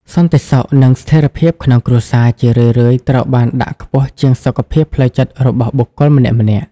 សន្តិសុខនិងស្ថិរភាពក្នុងគ្រួសារ ជារឿយៗត្រូវបានដាក់ខ្ពស់ជាងសុខភាពផ្លូវចិត្តរបស់បុគ្គលម្នាក់ៗ។